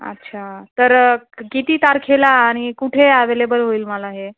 अच्छा तर किती तारखेला आणि कुठे ॲवेलेबल होईल मला हे